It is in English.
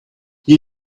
you